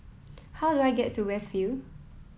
how do I get to West View